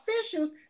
officials